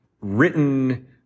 written